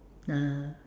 (uh huh)